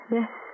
Yes